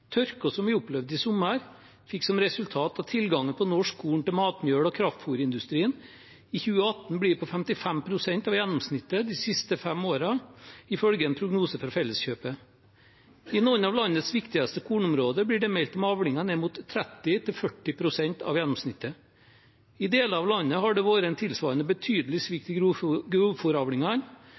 landbruk. Tørken vi opplevde i sommer, fikk som resultat at tilgangen på norsk korn til matmel- og kraftfôrindustrien i 2018 blir på 55 pst. av gjennomsnittet de fem siste årene, ifølge en prognose fra Felleskjøpet. I noen av landets viktigste kornområder blir det meldt om avlinger ned mot 30–40 pst. av gjennomsnittet. I deler av landet har det vært en tilsvarende betydelig svikt i